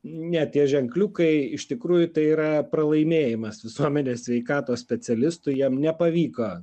ne tie ženkliukai iš tikrųjų tai yra pralaimėjimas visuomenės sveikatos specialistų jiem nepavyko